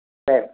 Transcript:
சரி